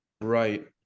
right